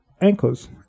ankles